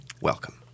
Welcome